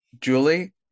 Julie